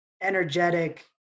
energetic